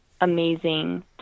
amazing